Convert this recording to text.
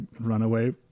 Runaway